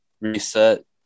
reset